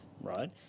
right